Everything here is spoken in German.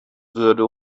würde